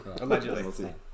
Allegedly